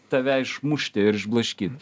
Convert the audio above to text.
tave išmušti ir išblaškyt